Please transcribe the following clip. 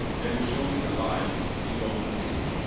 they will surely abide in golden peace.